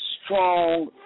Strong